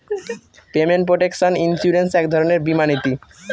payment protection insurance এক রকমের বীমা নীতি